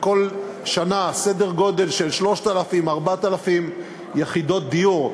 בכל שנה סדר גודל של 3,000 4,000 יחידות דיור,